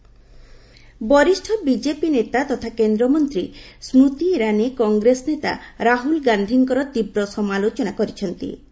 ସ୍ମତି ଇରାନୀ ବରିଷ୍ଣ ବିଜେପି ନେତା ତଥା କେନ୍ଦ୍ରମନ୍ତ୍ରୀ ସ୍କୁତି ଇରାନୀ କଂଗ୍ରେସ ନେତା ରାହୁଳ ଗାନ୍ଧୀଙ୍କର ତୀବ୍ର ସମାଲୋଚନା କରିଛନ୍ତି